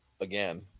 again